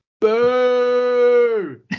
Boo